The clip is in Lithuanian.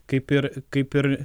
kaip ir kaip ir